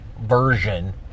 version